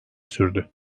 sürdü